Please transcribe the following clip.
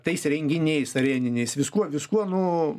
tais renginiais areniniais viskuo viskuo nu